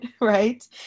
right